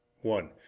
One